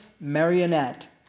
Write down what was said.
marionette